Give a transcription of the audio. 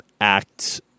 act